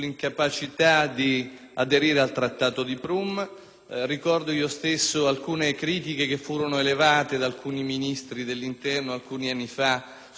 (ricordo io stesso alcune che furono elevate da alcuni Ministri dell'interno alcuni anni fa sul ritardo con cui l'Italia aderiva a questo Trattato),